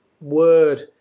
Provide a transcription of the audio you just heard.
word